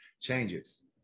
changes